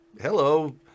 hello